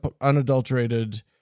unadulterated